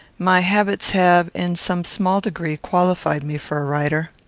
my habits have, in some small degree, qualified me for a writer.